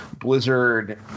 Blizzard